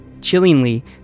Chillingly